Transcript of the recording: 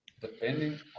Depending